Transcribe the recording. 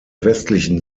westlichen